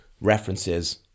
references